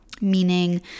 Meaning